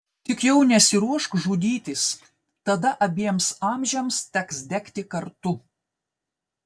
tik jau nesiruošk žudytis tada abiems amžiams teks degti kartu